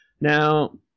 now